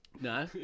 No